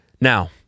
Now